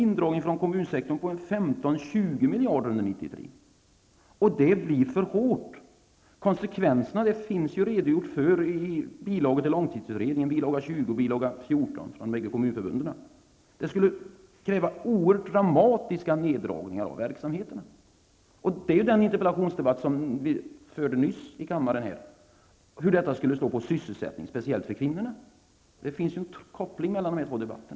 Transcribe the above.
Indragningen från kommunsektorn är då uppe i 15--20 miljarder under 1993. Det är för hårt. Konsekvenserna av det har man redogjort för i bil. 14 och bil. 20 till långtidsutredningen från de bägge kommunförbunden. Det skulle kräva dramatiska neddragningar av verksamheterna. Hur detta skulle slå på sysselsättningen, speciellt för kvinnorna, framgick kanske av den interpellationsdebatt som fördes nyss här i kammaren -- det finns en koppling mellan dessa båda debatter.